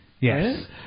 Yes